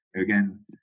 Again